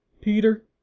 Peter